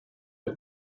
der